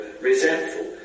resentful